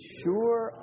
sure